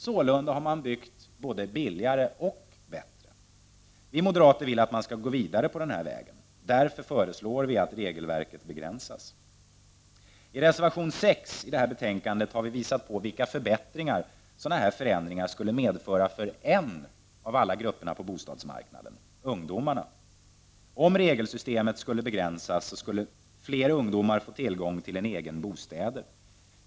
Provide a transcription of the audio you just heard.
Sålunda har man byggt både billigare och bättre. Vi moderater vill att man skall gå vidare på denna väg. Därför föreslår vi att regelverket begränsas. I reservation 6 till detta betänkande har vi visat på vilka förbättringar sådana förändringar skulle medföra för en av alla grupperna på bostadsmarknaden — ungdomarna. Om regelsystemet skulle begränsas skulle fler ungdomar få tillgång till en egen bostad.